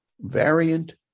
variant